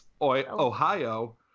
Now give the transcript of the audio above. Ohio